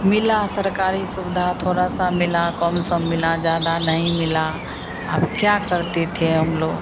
मिली सरकारी सुविधा थोड़ी सी मिली कम सम मिली ज़्यादा नहीं मिली अब क्या करते थे हम लोग